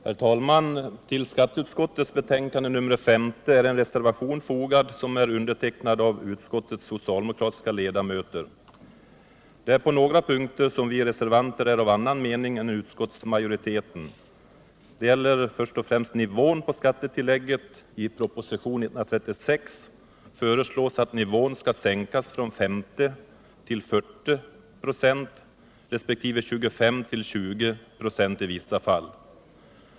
Herr talman! Till skatteutskottets betänkande nr 50 är en reservation fogad som är undertecknad av utskottets socialdemokratiska ledamöter. Det är på några punkter som vi reservanter ärav annan mening än utskottsmajoriteten. Det gäller först och främst nivån på skattetillägget. I propositionen 136 föreslås att nivån skall sänkas från 50 till 40 26 resp. från 25 till 20 26 i vissa fall.